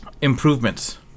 improvements